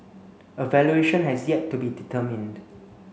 a valuation has yet to be determined